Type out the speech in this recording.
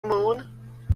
moon